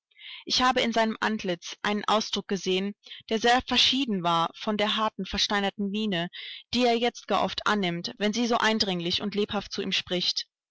ich habe in seinem antlitz einen ausdruck gesehen der sehr verschieden war von der harten versteinerten miene die er jetzt gar oft annimmt wenn sie so eindringlich und lebhaft zu ihm spricht